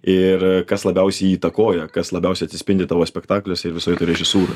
ir kas labiausiai jį įtakoja kas labiausiai atsispindi tavo spektakliuose ir visoje režisūroj